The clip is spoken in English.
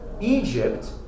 Egypt